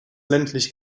ländlich